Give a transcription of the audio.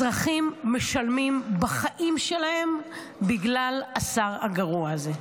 אזרחים משלמים בחיים שלהם בגלל השר הגרוע הזה.